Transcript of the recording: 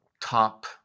top